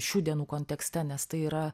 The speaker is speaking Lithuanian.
šių dienų kontekste nes tai yra